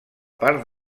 part